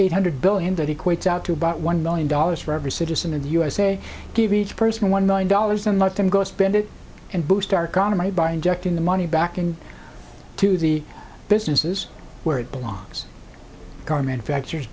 eight hundred billion that equates out to about one million dollars for every citizen in the usa give each person one million dollars and let them go spend it and boost our economy by injecting the money back in to the businesses where it belongs car manufacturers